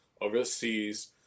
overseas